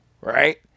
right